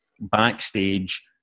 backstage